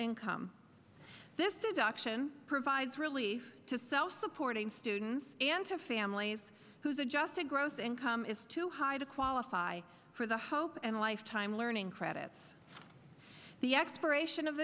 income this deduction provides relief to self supporting students and to families whose adjusted gross income is too high to qualify for the hope and lifetime learning credit for the expiration of